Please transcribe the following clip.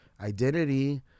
Identity